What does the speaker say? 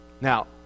Now